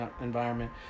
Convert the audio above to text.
environment